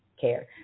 care